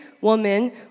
woman